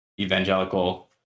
evangelical